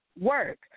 work